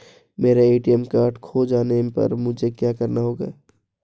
मेरा ATM card खो जाने पर मुझे क्या करना होगा?